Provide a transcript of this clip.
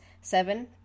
seven